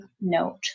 note